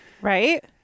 Right